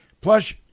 Plus